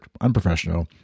Unprofessional